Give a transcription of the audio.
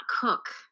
cook